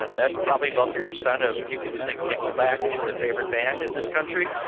ah that's probably about the percent of people who think nickelback is their favorite band in this country.